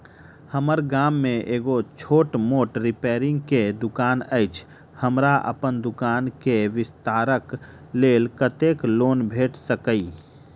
हम्मर गाम मे एगो छोट मोट रिपेयरिंग केँ दुकान अछि, हमरा अप्पन दुकान केँ विस्तार कऽ लेल कत्तेक लोन भेट सकइय?